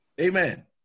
Amen